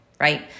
right